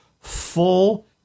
full